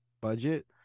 budget